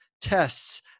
tests